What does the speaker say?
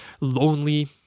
lonely